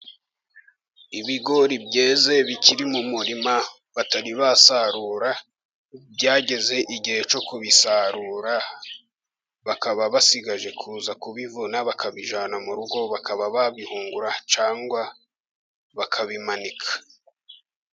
Ibigori byeze bikiri mu murima batari basarura, byageze igihe cyo kubisarura, bakaba basigaje kuza kubivuna bakabijyana mu rugo, bakaba babihungura, cyangwa bakabimanika.